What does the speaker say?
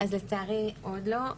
לצערי, עוד לא.